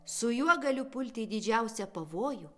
su juo galiu pulti į didžiausią pavojų